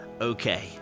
okay